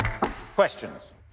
questions